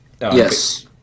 yes